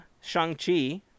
Shang-Chi